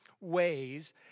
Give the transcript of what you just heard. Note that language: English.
ways